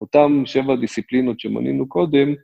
אותם שבע דיסציפלינות שמנינו קודם.